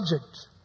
subject